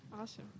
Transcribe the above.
Awesome